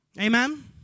Amen